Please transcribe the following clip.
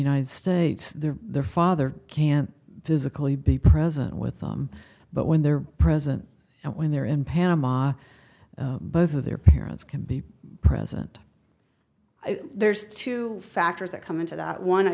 united states their father can't physically be present with them but when they're present and when they're in panama both of their parents can be present there's two factors that come into that one i